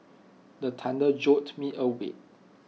the thunder jolt me awake